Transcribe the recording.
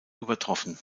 übertroffen